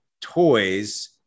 toys